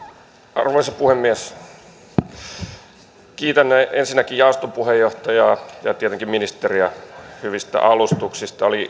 arvoisa puhemies kiitän ensinnäkin jaoston puheenjohtajaa ja tietenkin ministeriä hyvistä alustuksista oli